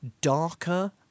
darker